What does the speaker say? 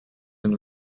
and